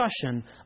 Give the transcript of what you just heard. discussion